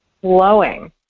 flowing